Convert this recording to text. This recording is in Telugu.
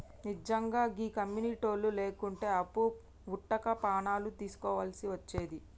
నిజ్జంగా గీ కమ్యునిటోళ్లు లేకుంటే అప్పు వుట్టక పానాలు దీస్కోవల్సి వచ్చేది